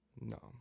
no